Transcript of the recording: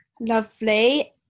Lovely